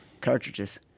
cartridges